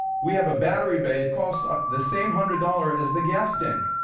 we have a battery bay. it costs ah the same hundred dollars as the gas tank.